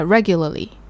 Regularly